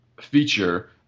feature